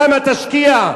שם תשקיע.